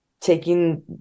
taking